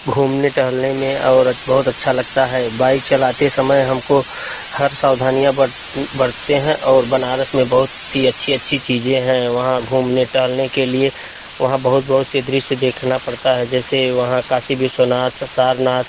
घूमने टहलने में और अच्छ बहुत अच्छा लगता है बाइक चलाते समय हमको हर सावधानियाँ बरत बरतते हैं और बनारस में बहुत सी अच्छी अच्छी चीज़े हैं वहाँ घूमने टहलने के लिए वहाँ बहुत बहुत से दृश्य देखना पड़ता है जैसे वहाँ काशी विश्वनाथ सारना